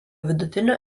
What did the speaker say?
vidutinio